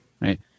Right